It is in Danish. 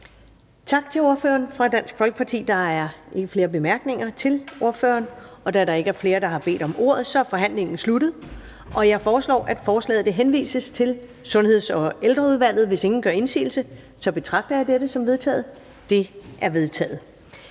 forslagsstillerne fra Dansk Folkeparti. Der er ikke flere korte bemærkninger til ordføreren. Da der ikke er flere, der har bedt om ordet, er forhandlingen sluttet. Jeg foreslår, at forslaget henvises til Sundheds- og Ældreudvalget. Hvis ingen gør indsigelse, betragter jeg dette som vedtaget. Det er vedtaget.